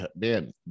Man